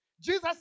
Jesus